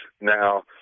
Now